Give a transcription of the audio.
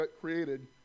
created